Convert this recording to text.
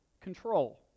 control